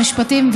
המשפטים,